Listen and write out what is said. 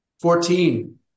Fourteen